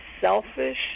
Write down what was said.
selfish